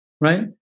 right